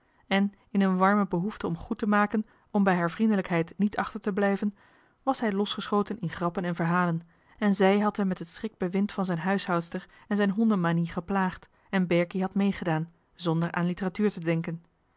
en in een warme behoefte om goed te maken om bij haar vriendelijkheid niet achter te blijven was hij los geschoten in grappen en verhalen en zij had hem met het schrikbewind van zijn huishoudster en zijn honden manie geplaagd en berkie had meegedaan zonder aan literatuur te denken